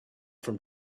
from